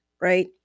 right